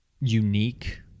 unique